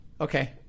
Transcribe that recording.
okay